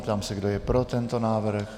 Ptám se, kdo je pro tento návrh.